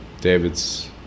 David's